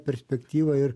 perspektyvą ir